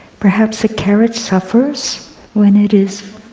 perhaps a carrot suffers when it is